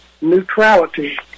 Neutrality